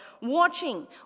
watching